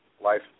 Life